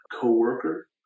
coworker